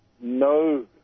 no